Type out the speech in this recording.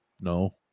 no